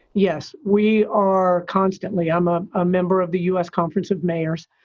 yes, we are constantly i'm a ah member of the u s. conference of mayors,